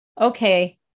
okay